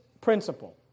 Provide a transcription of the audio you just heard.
principle